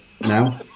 now